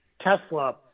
Tesla